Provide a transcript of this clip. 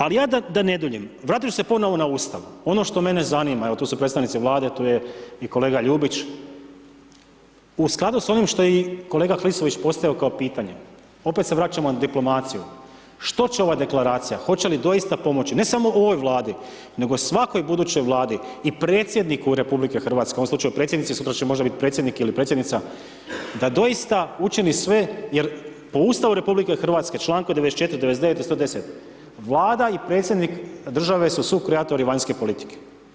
Ali ja da ne duljim, vratio bi ponovo na Ustav, ono što mene zanima evo tu su predstavnici Vlade, tu je i kolega Ljubić, u skladu s ovim što je i kolega Klisović postavio kao pitanje, opet se vraćamo na diplomaciju, što će ova deklaracija, hoće li doista pomoći, ne samo ovoj Vladi, nego svakoj budućoj vladi i predsjedniku RH u ovom slučaju predsjednici, sutra će možda bit predsjednik ili predsjednica, da doista učini sve jer po Ustavu RH članku 94., 99. i 110. vlada i predsjednik države su sukreatori vanjske politike.